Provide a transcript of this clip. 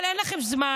אבל אין לכם זמן.